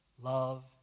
love